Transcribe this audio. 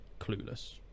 clueless